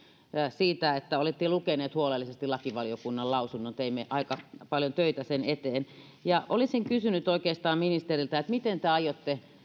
siitä että olitte lukeneet huolellisesti lakivaliokunnan lausunnon teimme aika paljon töitä sen eteen olisin oikeastaan kysynyt ministeriltä miten te aiotte